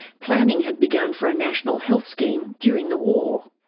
planning had begun for a national health scheme during the war.